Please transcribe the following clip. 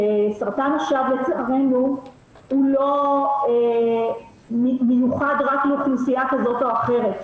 שסרטן השד לצערנו לא מיוחד רק לאוכלוסייה כזאת או אחרת,